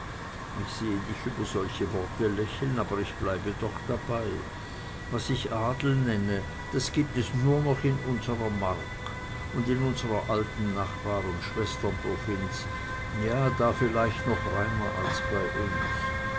ich sehe dich über solche worte lächeln aber ich bleibe doch dabei was ich adel nenne das gibt es nur noch in unsrer mark und in unsrer alten nachbar und schwesterprovinz ja da vielleicht noch reiner als bei uns